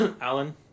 Alan